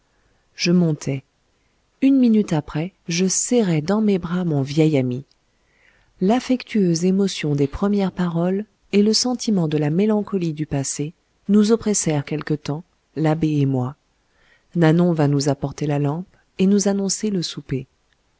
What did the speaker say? je montai une minute après je serrai dans mes bras mon vieil ami l'affectueuse émotion des premières paroles et le sentiment de la mélancolie du passé nous oppressèrent quelque temps l'abbé et moi nanon vint nous apporter la lampe et nous annoncer le souper